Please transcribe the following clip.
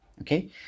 Okay